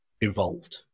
evolved